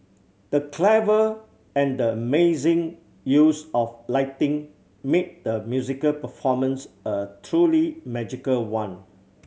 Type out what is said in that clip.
the clever and amazing use of lighting made the musical performance a truly magical one